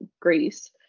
Greece